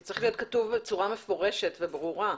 זה צריך להיות כתוב בצורה מפורשת וברורה.